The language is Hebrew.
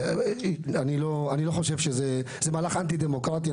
זה מהלך אנטי דמוקרטי.